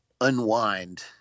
unwind